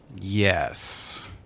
yes